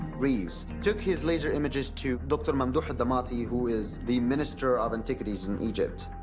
reeves took his laser images to dr. mamdouh eldamaty, who is the minister of antiquities in egypt.